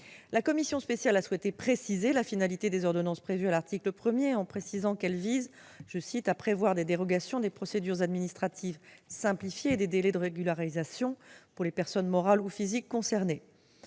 La commission spéciale a souhaité préciser la finalité des ordonnances prévues à l'article 1, qui doivent viser « à prévoir des dérogations, des procédures administratives simplifiées et des délais de régularisation pour les personnes morales ou physiques concernées ».